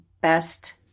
best